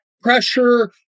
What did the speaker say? Pressure